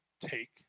take